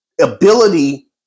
ability